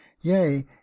yea